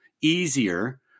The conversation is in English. easier